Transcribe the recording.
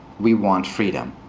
we want freedom.